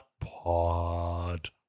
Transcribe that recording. Pod